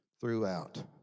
throughout